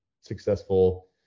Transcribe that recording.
successful